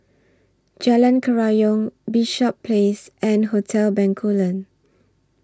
Jalan Kerayong Bishops Place and Hotel Bencoolen